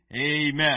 Amen